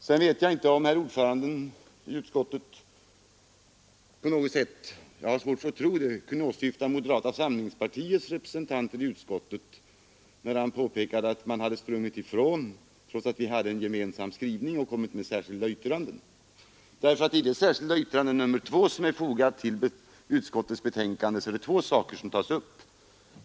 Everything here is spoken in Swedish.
Sedan vet jag inte om herr ordföranden i utskottet på något sätt — jag har svårt för att tro det kunde åsyfta moderata samlingspartiets representanter i utskottet när han påpekade att man, trots att det hade åstadkommits en gemensam skrivning, sprungit ifrån denna och avgivit särskilda yttranden. I det särskilda yttrande nr 2 som är fogat till utskottets betänkande är det nämligen två saker som tas upp.